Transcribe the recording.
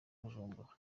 bujumbura